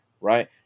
right